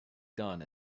done